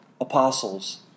apostles